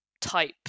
type